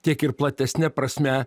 tiek ir platesne prasme